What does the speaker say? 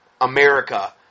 America